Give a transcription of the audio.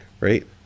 Right